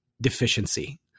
deficiency